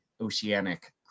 oceanic